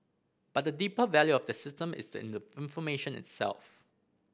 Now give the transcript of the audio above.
but the deeper value of the system is in the information itself